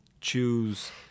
choose